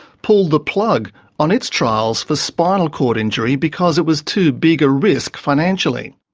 pulled the plug on its trials for spinal cord injury because it was too big a risk financially.